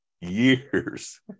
Years